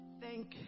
thank